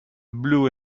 blue